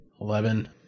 Eleven